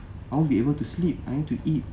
I won't be able to sleep I need to eat